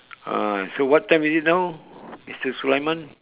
ah so what time is it now mister sulaiman